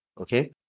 Okay